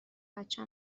بچه